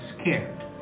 scared